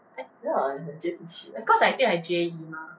ya 你很接地气